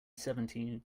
seventeen